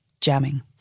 Jamming